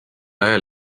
ajal